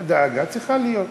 דאגה צריכה להיות.